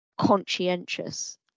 conscientious